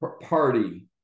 Party